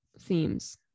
themes